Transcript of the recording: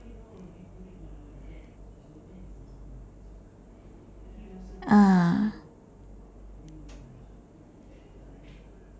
ah